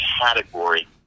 category